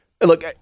look